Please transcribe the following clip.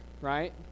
right